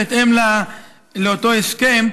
בהתאם לאותו הסכם,